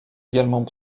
également